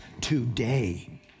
today